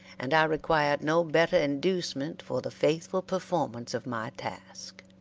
and i required no better inducement for the faithful performance of my task.